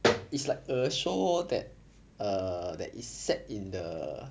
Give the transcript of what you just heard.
it's like a show that err that is set in the